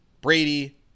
Brady